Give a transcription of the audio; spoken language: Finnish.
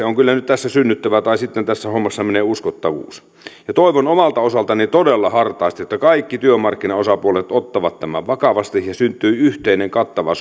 on kyllä nyt tässä synnyttävä tai sitten tässä hommassa menee uskottavuus ja toivon omalta osaltani todella hartaasti että kaikki työmarkkinaosapuolet ottavat tämän vakavasti ja syntyy yhteinen kattava